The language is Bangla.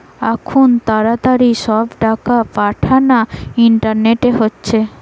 আখুন তাড়াতাড়ি সব টাকা পাঠানা ইন্টারনেটে হচ্ছে